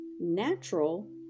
natural